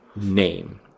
name